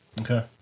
okay